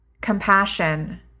compassion